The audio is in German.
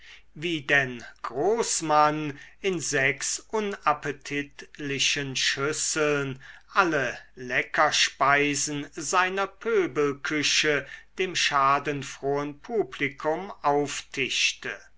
wie denn großmann in sechs unappetitlichen schüsseln alle leckerspeisen seiner pöbelküche dem schadenfrohen publikum auftischte